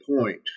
point